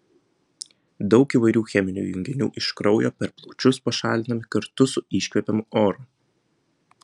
daug įvairių cheminių junginių iš kraujo per plaučius pašalinami kartu su iškvepiamu oru